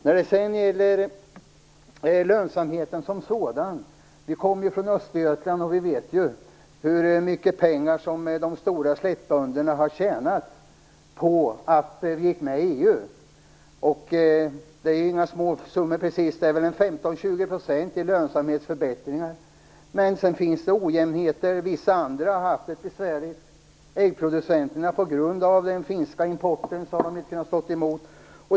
Vi kommer båda från Östergötland och vet hur mycket pengar som de stora slättbönderna har tjänat på att vi gick med i EU. Det är inga små summor precis. Det handlar om 15-20 % i lönsamhetsförbättring. Men det finns ojämnheter. Vissa andra har haft det besvärligt, t.ex. äggproducenterna på grund av den finska import som de inte kunnat stå emot.